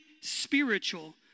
spiritual